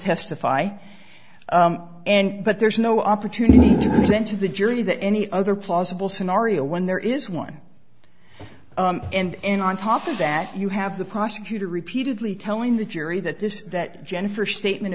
testify and but there's no opportunity to present to the jury that any other plausible scenario when there is one and in on top of that you have the prosecutor repeatedly telling the jury that this that jennifer statement